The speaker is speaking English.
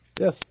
Yes